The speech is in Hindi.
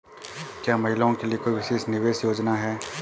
क्या महिलाओं के लिए कोई विशेष निवेश योजना है?